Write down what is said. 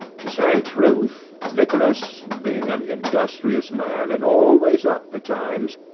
to say truth, nicholas, being an industrious man, and always up betimes,